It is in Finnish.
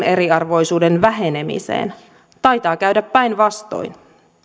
eriarvoisuuden vähenemiseen taitaa käydä päinvastoin tavoitteena